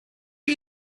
chi